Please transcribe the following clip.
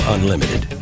Unlimited